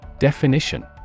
Definition